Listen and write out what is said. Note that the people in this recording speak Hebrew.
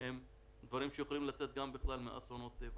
הן תוצאות שיכולות לקרות מאסונות טבע.